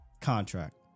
contract